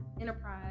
enterprise